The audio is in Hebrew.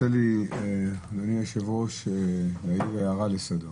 אדוני היושב ראש, הערה לסדר.